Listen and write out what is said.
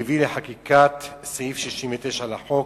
הביאו לחקיקת סעיף 69 לחוק,